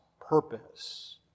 purpose